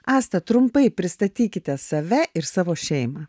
asta trumpai pristatykite save ir savo šeimą